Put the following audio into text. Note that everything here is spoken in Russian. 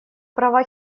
права